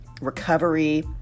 recovery